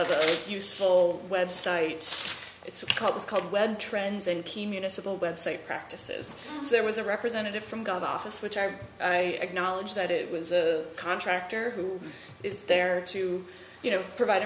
of the useful website it's called is called read trends and key municipal website practices there was a representative from god office which i acknowledge that it was a contractor who is there to you know provide